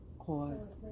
caused